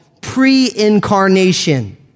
pre-incarnation